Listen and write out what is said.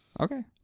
Okay